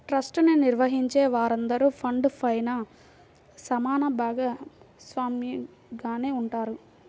trust ని నిర్వహించే వారందరూ ఫండ్ పైన సమాన భాగస్వామిగానే ఉంటారు